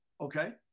Okay